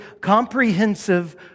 comprehensive